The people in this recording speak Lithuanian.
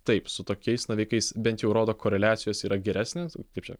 taip su tokiais navikais bent jau rodo koreliacijos yra geresnės kaip čia